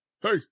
hey